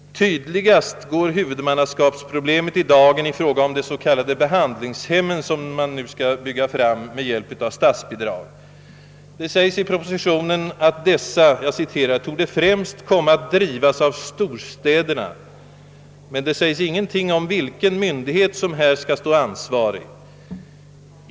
Tydligast går huvudmannaskapsproblemet i dagen i fråga om de s.k. behandlingshemmen som nu skall byggas fram med hjälp av statsbidrag. Det sägs i propositionen att dessa torde »främst komma att drivas av storstäderna». Men det nämns ingenting om vilken myndighet som här skall vara ansvarig.